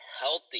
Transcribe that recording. healthy